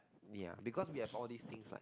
ya because we have all these things like